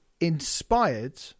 inspired